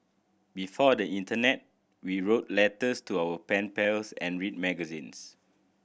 before the internet we wrote letters to our pen pals and read magazines